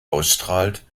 ausstrahlt